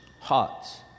hearts